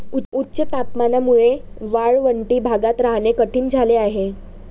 उच्च तापमानामुळे वाळवंटी भागात राहणे कठीण झाले आहे